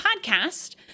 podcast